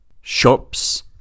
Shops